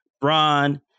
Bron